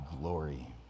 glory